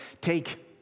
Take